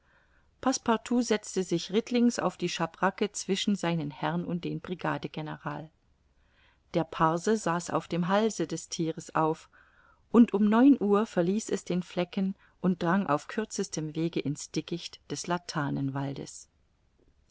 setzte sich rittlings auf die schabracke zwischen seinen herrn und den brigadegeneral der parse saß auf dem halse des thieres auf und um neun uhr verließ es den flecken und drang auf kürzestem wege in's dickicht des